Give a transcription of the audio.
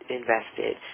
invested